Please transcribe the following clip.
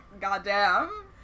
Goddamn